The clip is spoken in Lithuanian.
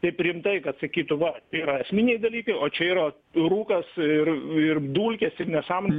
kaip rimtai kad sakytų va tai yra esminiai dalykai o čia yra rūkas ir ir dulkės ir nesąmon